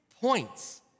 points